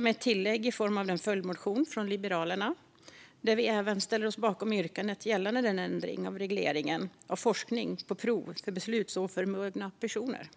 med ett tillägg i form av den följdmotion från Liberalerna där vi även ställer oss bakom yrkandet om den ändrade regleringen gällande forskning på prover från beslutsoförmögna personer.